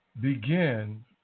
begin